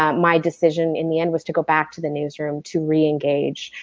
um my decision in the end was to go back to the newsroom to reengage,